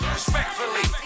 respectfully